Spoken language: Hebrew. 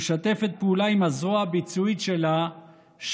משתפת פעולה עם הזרוע הביצועית שלה,